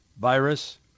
virus